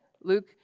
Luke